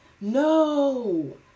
No